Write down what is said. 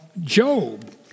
Job